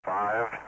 Five